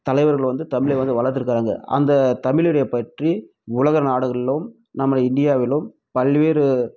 தலைவர்கள் வந்து தமிழை வந்து வளர்த்துருக்குறாங்க அந்த தமிழை பற்றி உலக நாடுகளிலும் நமது இந்தியாவிலும் பல்வேறு